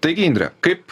taigi indre kaip